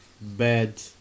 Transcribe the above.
bad